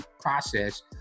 process